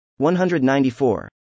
194